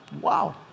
Wow